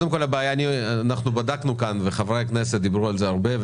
אנחנו בדקנו כאן וחברי הכנסת דיברו על זה הרבה,